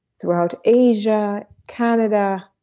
throughout asia, canada,